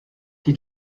die